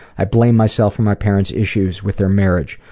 i blame myself for my parents' issues with their marriage.